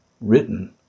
written